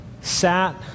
sat